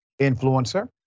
influencer